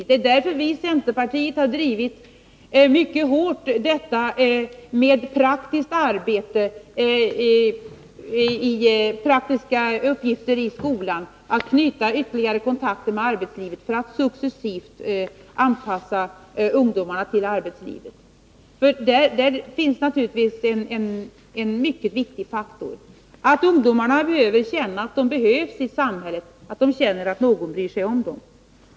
Det är därför som viicenterpartiet mycket hårt har drivit frågan om vikten av praktiskt arbete, praktiska uppgifter i skolan, betydelsen av att knyta ytterligare kontakter med arbetslivet för att ungdomarna successivt skall anpassas till arbetslivet. En mycket viktig faktor är naturligtvis att ungdomarna känner att de behövs i samhället och att de känner att någon bryr sig om dem.